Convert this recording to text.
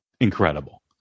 incredible